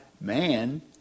man